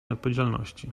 odpowiedzialności